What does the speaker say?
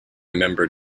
member